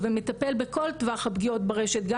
אנחנו כבר מחכים הרבה זמן.